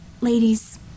Ladies